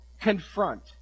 confront